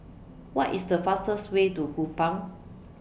What IS The fastest Way to Kupang